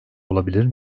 olabilir